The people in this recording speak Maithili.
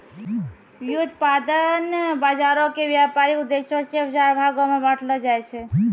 व्युत्पादन बजारो के व्यपारिक उद्देश्यो से चार भागो मे बांटलो जाय छै